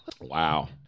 Wow